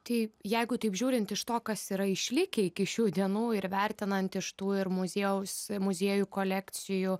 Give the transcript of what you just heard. tai jeigu taip žiūrint iš to kas yra išlikę iki šių dienų ir vertinant iš tų ir muziejaus muziejų kolekcijų